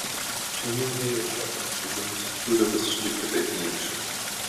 šiandien jie į azartinius žaidimus žiūri visiškai kitaip nei anksčiau